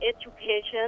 education